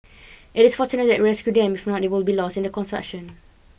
it is fortunate that we rescued them if not they would be lost in the construction